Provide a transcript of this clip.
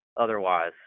otherwise